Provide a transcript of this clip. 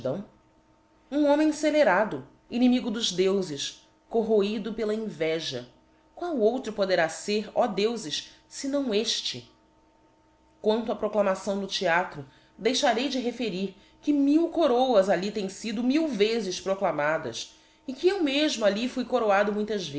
a gratidão um homem fcelerado inimigo dos deufes corroído pela inveja qual outro poderá ser o deuses senão este quanto á proclamação no theatro deixarei de referir que mil coroas ali tem íido mil vezes proclamadas e que eu mefmo ali fui coroado muitas